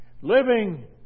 Living